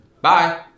Bye